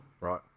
right